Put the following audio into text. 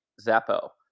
zappo